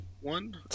one